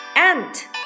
Ant